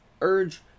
urge